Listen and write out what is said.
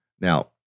Now